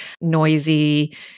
noisy